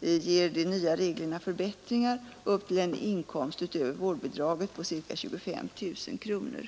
ger de nya reglerna förbättringar upp till en inkomst utöver vårdbidraget på ca 25 000 kronor.